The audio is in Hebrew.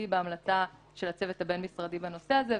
בהמלצה של הצוות הבין-משרדי בנושא הזה,